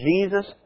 Jesus